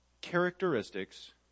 characteristics